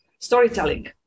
Storytelling